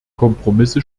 kompromisse